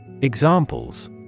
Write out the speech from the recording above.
Examples